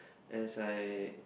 as I